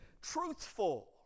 truthful